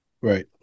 Right